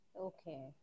Okay